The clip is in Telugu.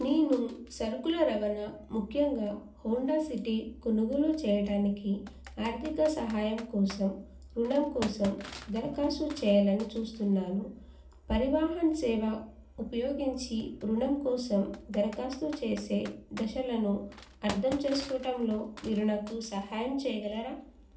నేను సరుకుల రవాణా ముఖ్యంగా హోండా సిటీ కొనుగోలు చేయటానికి ఆర్థిక సహాయం కోసం రుణం కోసం దరఖాస్తు చేయాలని చూస్తున్నాను పరివాహన్ సేవ ఉపయోగించి రుణం కోసం దరఖాస్తు చేసే దశలను అర్థం చేసుకోవటంలో మీరు నాకు సహాయం చేయగలరా